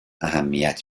اهمیت